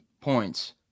points